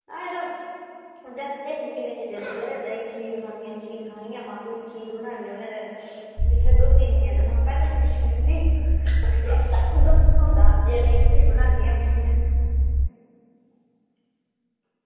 आं यरो जागत हे निक्के निक्के जिद्द करा दे खीर खानी खीर खानी में हा थोह्ड़ी जेही खीर बनाई ओड़ने आं ते दिक्खेआ ते दुद्ध निं ऐ ते में हा पुच्छी लैनी ते जे दुद्ध थ्होंदा ते बनाई लैनी आं खीर